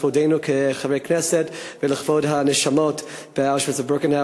לכבודנו כחברי הכנסת ולכבוד הנשמות באושוויץ ובירקנאו.